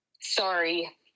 Sorry